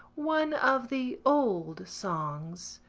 one of the old songs.